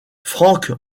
frank